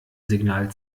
signal